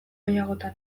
gehiagotan